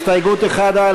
הסתייגות 1,